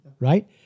right